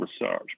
research